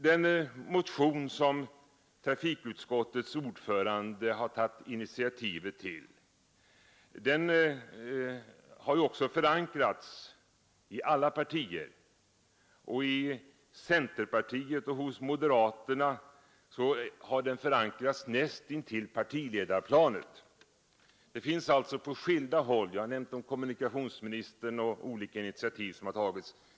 Den motion som trafikutskottets ordförande har tagit initiativet till har ju också förankrats i alla partier. I centerpartiet och hos moderaterna har den förankrats näst intill partiledarplanet. Jag har nämnt kommunikationsministern och olika initiativ som har tagits.